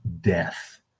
death